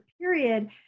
period